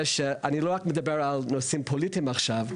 שאני לא רק מדבר על נושאים פוליטיים עכשיו,